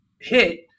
hit